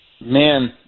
Man